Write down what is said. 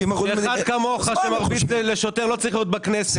אחד כמוך, שמרביץ לשוטר, לא צריך להיות בכנסת.